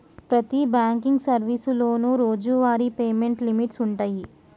ప్రతి బాంకింగ్ సర్వీసులోనూ రోజువారీ పేమెంట్ లిమిట్స్ వుంటయ్యి